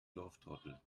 dorftrottel